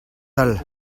all